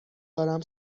دارم